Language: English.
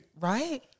right